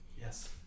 Yes